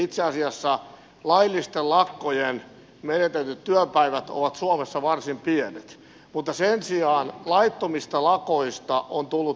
itse asiassa laillisten lakkojen takia menetetyt työpäivät ovat suomessa varsin vähäiset mutta sen sijaan laittomista lakoista on tullut maan tapa